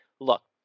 look